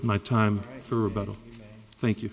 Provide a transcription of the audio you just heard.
my time for about a thank you